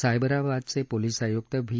सायबराबादचे police आयुक्त V